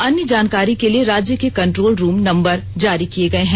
अन्य जानकारी के लिए राज्य के कण्ट्रोल रूम नंबर जारी किए गए हैं